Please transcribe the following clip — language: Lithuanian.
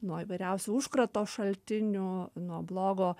nuo įvairiausių užkrato šaltinių nuo blogo